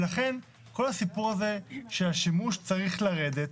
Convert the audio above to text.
ולכן כל הסיפור הזה של השימוש צריך לרדת.